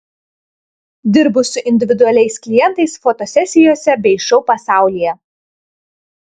dirbu su individualiais klientais fotosesijose bei šou pasaulyje